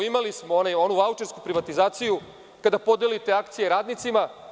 Imali smo onu vaučersku privatizaciju kada podelite akcije radnicima.